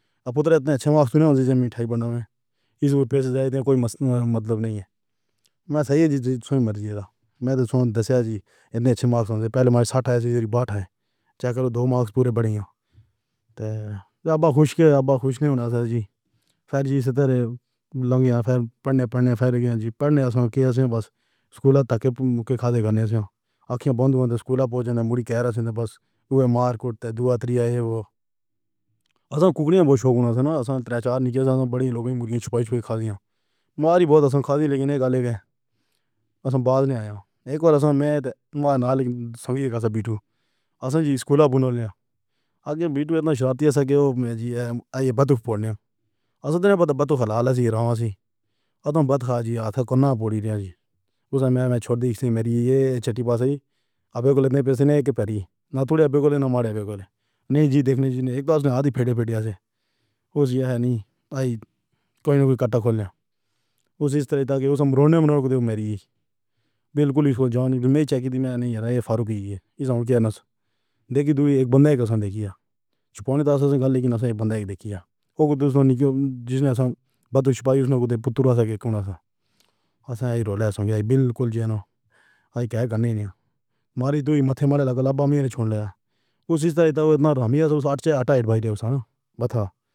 اب پُتر اِتنے اَچّھے مارکس سُنا ہو جیسے مِٹھائی بانٹ رہے ہیں۔ اِس پَر کوئی مطلب نہیں ہے۔ میں صحیح سے مرضی دا۔ میں تو سوچ رہا تھا کہ پہلے مارچ سٹھ ہے یا بھٹ ہے۔ چیک کرو۔ دو مارکس پُورے بڑھے ہیں۔ اب خوش کیوں؟ آپ خوش نہیں ہونا چاہیے۔ پھر جی لئیے فرّاخی پڑھنے، پڑھنے گئے جی پڑھنے۔ اصل میں کیا ہے بس سکول تک کے مُکیش کھاتے کرنے سے اکھیّاں بند ہوں تو سکول پہنچے تو مُڑی کَیرسی، بس اوہ مار کے دو تین ہیوو۔ اصل میں بہت شوق اُن سے نہ ہو۔ تیرا چار نہیں بڑی۔ لوگ مُرغی چُھپائی کھاتمیاں بار بار اصل کھادی لیکن یہ گالھیرے اصل بات نہیں آئی۔ ایک بار میں تے مان لیا کہ بِٹّو۔ اصل میں سکول بُلایا۔ اگے بیٹھو یا شُرُوعاتی سکھیّو میں جی بٹّو پڑا تھا۔ بٹّو کا لال سی راو سی۔ اَथوا بَتّک جی ہاتھ کولّاہا پوڈی رہی ہو۔ اُس میں میں چھوٹی سی میری یہ چِیٹنگ بس ہی اَبھی تک پیسے نہیں کِیے۔ پہلی نا تو اَبھی تک نہیں جِیتے نہ ایک دِن آدھی پھر سے اوہ جو ہے نہیں آئی۔ کوئی نہ کوئی کٹا کھولا۔ اُس اِس طرح کا کوئی رونے میں نہ کھلے۔ میری بِلکُل اِس کو جانی میں چیک کی میں نہیں رہی۔ فاروقی یہ سُن کے نا۔ دیکھ لو ایک بندے کو دیکھ۔ چُھپانے کا گالی کی نا سے بندہ دیکھیا اوہ تو نہیں جِس نے اصل بتایا اُس نے گُدے پُتر کے کام سے اَصلّی رول سونگی بِلکُل نو۔ ہائی کیا کنّیڑ ماری تُو ہی ماتھے مار لے لابا میرے چھوڑ لیا۔ اُس اِشتہبال کے ساتھ اَٹیچ بھائی دیو سا نام تھا۔